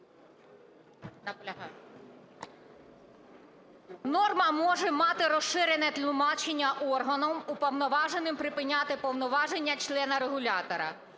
Норма може мати розширене тлумачення органом, уповноваженим припиняти повноваження члена регулятора,